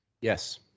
Yes